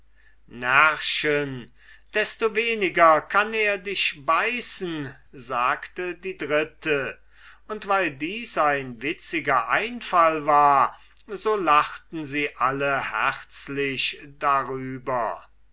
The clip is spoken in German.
närrchen destoweniger kann er dich beißen sagte die dritte und weil dies ein witziger einfall war so lachten sie alle herzlich darüber